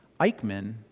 Eichmann